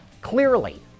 clearly